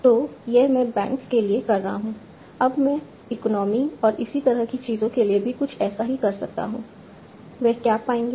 तो यह मैं बैंक के लिए कर रहा हूं अब मैं इकोनमी और इसी तरह की चीजों के लिए भी कुछ ऐसा ही कर सकता हूं वे क्या पाएंगे